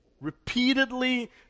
Repeatedly